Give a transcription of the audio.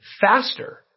faster